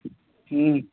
उह हूँ